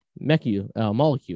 molecule